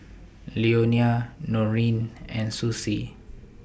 Leonia Noreen and Susie